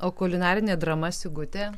o kulinarinė drama sigutė